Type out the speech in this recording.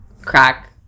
crack